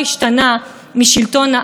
שקובעים לממשלה את צעדיה.